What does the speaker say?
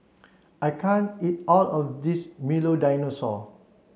I can't eat all of this Milo Dinosaur